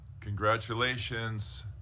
Congratulations